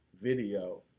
video